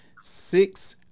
six